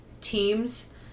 teams